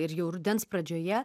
ir jau rudens pradžioje